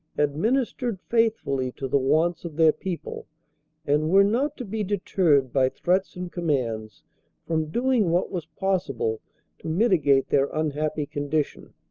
administered faithfully to the wants of their people and were not to be deterred by threats and com mands from doing what was possible to mitigate their un happy condition.